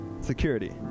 security